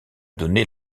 donné